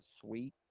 sweet